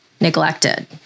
neglected